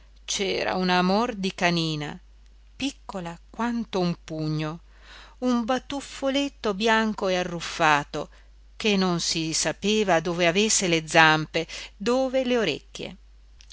c'era un amor di canina piccola quanto un pugno un batuffoletto bianco arruffato che non si sapeva dove avesse le zampe dove le orecchie